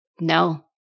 No